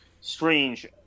strange